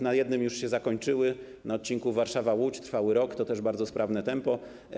Na jednym już się zakończyły, na odcinku Warszawa - Łódź trwały rok, to też bardzo sprawne tempo.